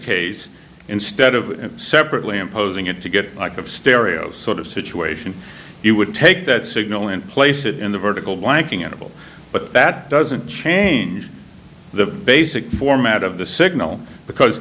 case instead of separately imposing it to get of stereo sort of situation you would take that signal and place it in the vertical blanking interval but that doesn't change the basic format of the signal because